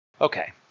Okay